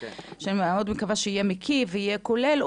שאני מאוד מקווה שיהיה מקיף וכולל,